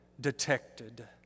detected